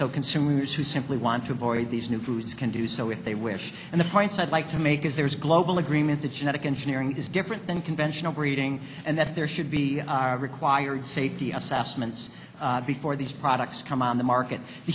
so consumers who simply want to avoid these new foods can do so if they wish and the points i'd like to make is there is global agreement the genetic engineering is different than conventional breeding and that there should be required safety assessments before these products come on the market the